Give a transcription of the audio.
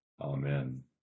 Amen